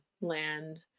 land